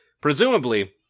Presumably